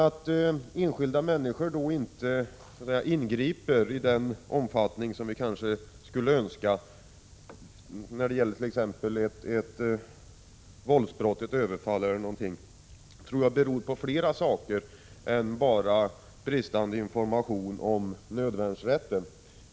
Att enskilda människor inte ingriper i den omfattning som vi kanske skulle önska när det gäller våldsbrott, överfall och liknande, tror jag beror på även andra saker än bristande information om nödvärnsrätten.